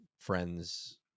friends